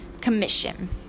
commission